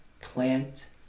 plant